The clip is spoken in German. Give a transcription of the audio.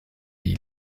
die